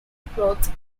sports